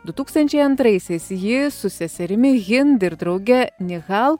du tūkstančiai antraisiais ji su seserimi hind ir drauge nihal